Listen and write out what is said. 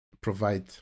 provide